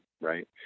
Right